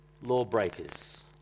lawbreakers